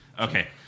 Okay